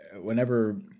whenever